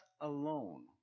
alone